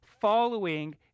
following